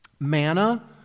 Manna